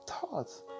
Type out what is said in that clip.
thoughts